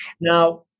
Now-